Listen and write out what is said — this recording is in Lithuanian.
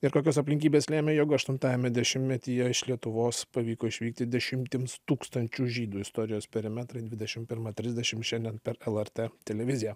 ir kokios aplinkybės lėmė jog aštuntajame dešimtmetyje iš lietuvos pavyko išvykti dešimtims tūkstančių žydų istorijos perimetrai dvidešim pirmą trisdešim šiandien per lrt televiziją